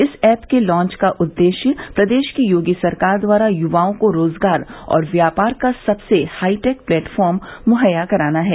इस ऐप के लोंच का उद्देश्य प्रदेश की योगी सरकार द्वारा युवाओं को रोजगार और व्यापार का सबसे हाईटेक प्लेटफार्म मुहैया कराना है